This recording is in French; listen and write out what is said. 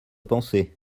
penser